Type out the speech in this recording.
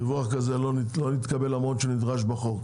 דיווח כזה לא נתקבל למרות שנדרש בחוק.